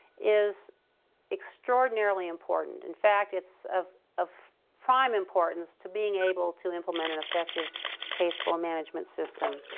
is extraordinarily important. in fact, it's of of prime importance to being able to implement an effective caseflow management system.